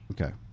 Okay